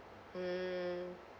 mm